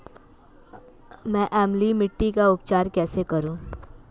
मैं अम्लीय मिट्टी का उपचार कैसे करूं?